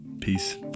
peace